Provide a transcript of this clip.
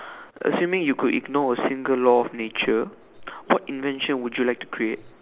assuming you could ignore a single law of nature what invention would you like to create